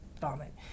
vomit